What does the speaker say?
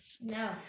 No